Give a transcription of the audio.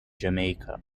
jamaica